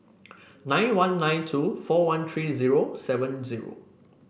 nine one nine two four one three zero seven zero